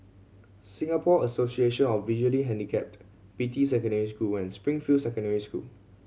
Singapore Association of Visually Handicapped Beatty Secondary School and Springfield Secondary School